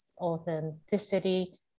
authenticity